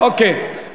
אוקיי.